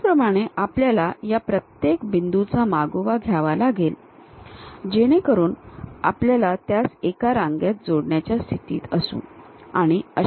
त्याचप्रमाणे आपल्याला या प्रत्येक बिंदूचा मागोवा घ्यावा लागेल जेणेकरून आपण त्यास एका रांगेत जोडण्याच्या स्थितीत असू